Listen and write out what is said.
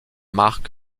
marc